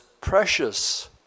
Precious